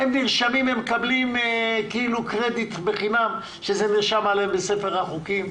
הם נרשמים ומקבלים קרדיט בחינם שזה נרשם עליהם בספר החוקים.